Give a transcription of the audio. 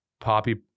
Poppy